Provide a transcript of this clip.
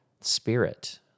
spirit